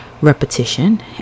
repetition